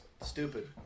stupid